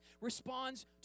responds